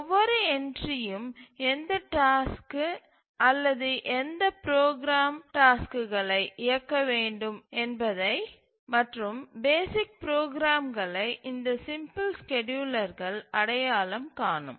ஒவ்வொரு என்ட்றியும் எந்த டாஸ்க்கு அல்லது எந்த ப்ரோக்ராம் டாஸ்க்குகளை இயக்க வேண்டும் என்பதை மற்றும் பேசிக் ப்ரோக்ராம்களை இந்த சிம்பிள் ஸ்கேட்யூலர்கள் அடையாளம் காணும்